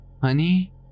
Honey